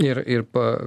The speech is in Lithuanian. ir ir pa